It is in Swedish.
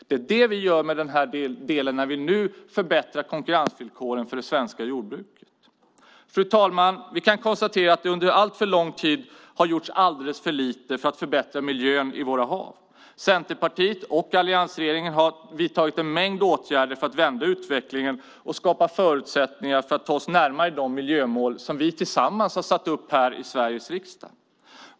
Det gör vi med den här delen när vi nu förbättrar konkurrensvillkoren för det svenska jordbruket. Fru talman! Vi kan konstatera att det under alltför lång tid har gjorts alldeles för lite för att förbättra miljön i våra hav. Centerpartiet och alliansregeringen har vidtagit en mängd åtgärder för att vända utvecklingen och skapa förutsättningar för att ta oss närmare de miljömål som vi tillsammans har satt upp här i Sveriges riksdag.